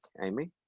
Amy